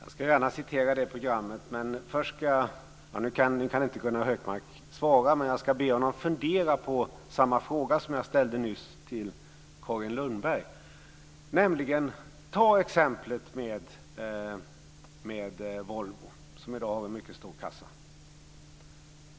Fru talman! Jag ska gärna citera det programmet. Nu kan inte Gunnar Hökmark svara, men jag ska be honom fundera på samma fråga som jag ställde nyss till Carin Lundberg. Låt oss ta exemplet med Volvo som i dag har en mycket stor kassa.